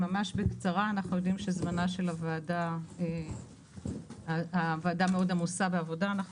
אנחנו יודעים שהוועדה מאוד עמוסה בעבודה ואנחנו